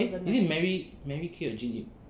eh is it mary Mary Kay or Jean Yip